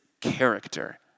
character